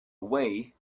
way